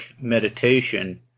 meditation